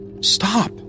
Stop